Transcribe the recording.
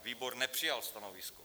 Výbor nepřijal stanovisko.